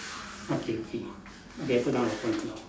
okay okay okay I put down the phone too